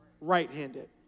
right-handed